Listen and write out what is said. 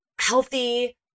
healthy